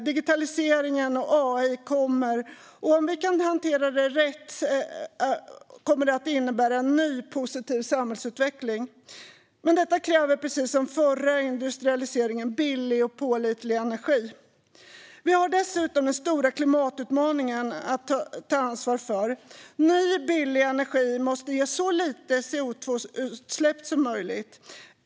Digitaliseringen och AI kommer, om vi kan hantera dem rätt, att innebära en ny positiv samhällsutveckling. Men detta kräver precis som förra industrialiseringen billig och pålitlig energi. Vi har dessutom den stora klimatutmaningen att ta ansvar för. Ny billig energi måste ge så lite CO2-utsläpp som möjligt.